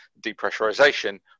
depressurization